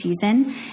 season